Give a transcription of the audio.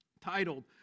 titled